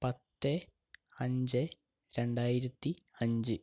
പത്ത് അഞ്ച് രണ്ടായിരത്തി അഞ്ച്